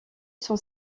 son